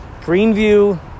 Greenview